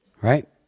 Right